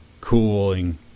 cooling